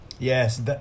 Yes